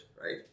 right